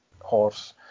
Horse